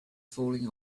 falling